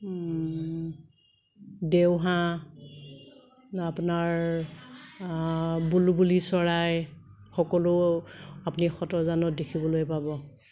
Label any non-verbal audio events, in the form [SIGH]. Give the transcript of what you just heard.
দেওহাঁহ আপোনাৰ বুলবুলি চৰাই সকলো আপুনি [UNINTELLIGIBLE] দেখিবলৈ পাব